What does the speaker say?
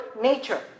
nature